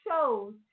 shows